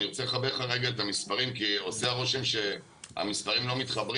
אני רוצה לחבר לך את המספרים כי עושה רושם שהמספרים לא מתחברים